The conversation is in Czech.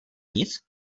nic